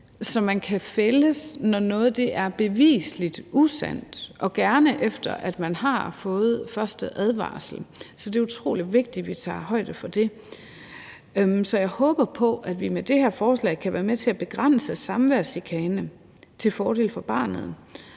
så man kan fældes, når noget er beviseligt usandt, og gerne efter man har fået første advarsel. Så det er utrolig vigtigt, at vi tager højde for det. Så jeg håber på, at vi med det her forslag kan være med til at begrænse samværschikane til fordel for barnet,